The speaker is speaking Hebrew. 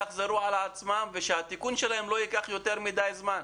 יחזרו על עצמן וכדי שהתיקון שלהם לא ייקח יותר מדי זמן.